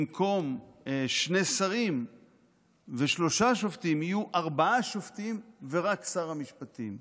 במקום שני שרים ושלושה שופטים יהיו ארבעה שופטים ורק שר המשפטים.